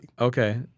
Okay